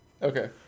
Okay